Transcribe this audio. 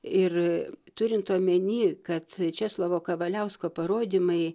ir turint omeny kad česlovo kavaliausko parodymai